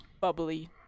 bubbly